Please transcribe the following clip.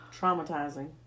Traumatizing